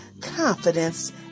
confidence